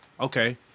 Okay